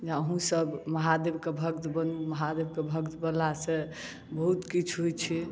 जे अहूँसब महादेवके भक्त बनू महादेवके भक्त भेलासँ बहुत किछु होइ छै